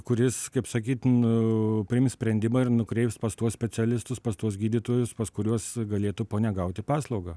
kuris kaip sakyt nu priims sprendimą ir nukreips pas tuos specialistus pas tuos gydytojus pas kuriuos galėtų ponia gauti paslaugą